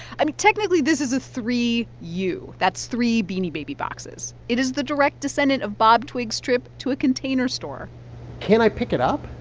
i mean, technically this is a three u. that's three beanie baby boxes. it is the direct descendant of bob twiggs' trip to a container store can i pick it up?